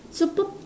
superp~